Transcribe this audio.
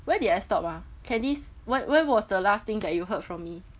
where did I stop ah candice what when was the last thing that you heard from me